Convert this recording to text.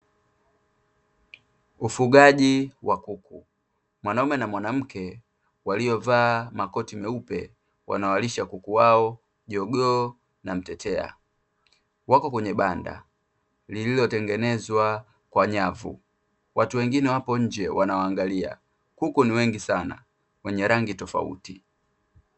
Ufugaji wa kuku, mwanaume na mwanamke waliovaa makoti meupe wanawalisha kuku wao jogoo na mtetea, wako kwenye banda lililotengenezwa kwa nyavu, watu wengine wapo nje wanawaangalia, kuku ni wengi sana wenye rangi tofauti.